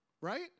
Right